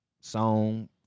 song